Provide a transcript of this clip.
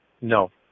No